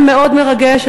היה מאוד מרגש.